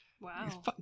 wow